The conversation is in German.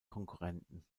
konkurrenten